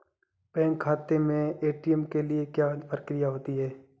Bank खाते में ATM के लिए क्या प्रक्रिया होती है?